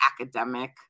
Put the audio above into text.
academic